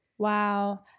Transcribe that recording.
Wow